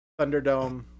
thunderdome